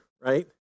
right